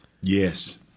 Yes